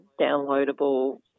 downloadable